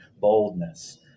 boldness